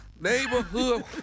Neighborhood